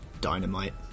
dynamite